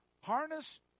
harness